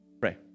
Pray